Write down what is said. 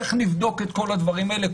איך נבדוק את כל הדברים האלה?